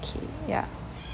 okay ya